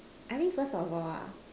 I think first of all ah